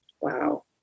wow